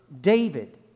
David